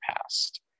past